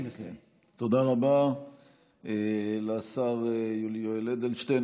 12. תודה רבה לשר יולי יואל אדלשטיין.